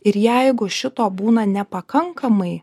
ir jeigu šito būna nepakankamai